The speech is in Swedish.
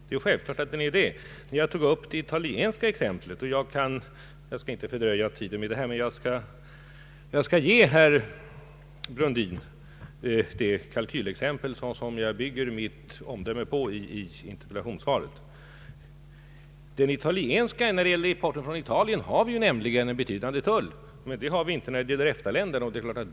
Jag skall inte förlänga debatten med att ytterligare anföra det italienska exemplet, men jag skall ge herr Brundin det kalkylmaterial som jag bygger mitt omdöme i interpellationssvaret på. Importen från Italien drabbas nämligen av en betydande tull. Detta gäller däremot som bekant inte för import från EFTA länder.